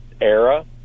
era